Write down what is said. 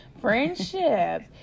Friendship